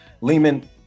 lehman